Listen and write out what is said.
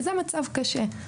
זה מצב קשה.